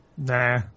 Nah